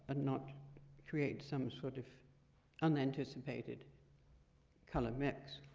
not create some sort of unanticipated color mix.